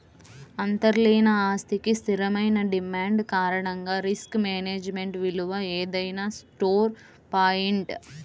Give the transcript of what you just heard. అంతర్లీన ఆస్తికి స్థిరమైన డిమాండ్ కారణంగా రిస్క్ మేనేజ్మెంట్ విలువ ఏదైనా స్టోర్ పాయింట్